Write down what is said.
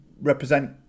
represent